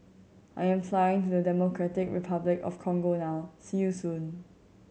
I'm flying to Democratic Republic of Congo now see you soon